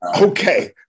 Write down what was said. Okay